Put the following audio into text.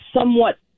somewhat